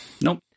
Nope